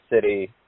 City